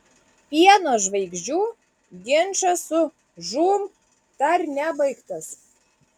pieno žvaigždžių ginčas su žūm dar nebaigtas